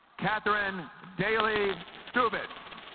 katherine daily scoob it's